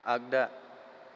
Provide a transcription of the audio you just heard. आग्दा